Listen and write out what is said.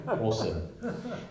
Awesome